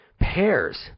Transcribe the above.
Pears